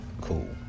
cool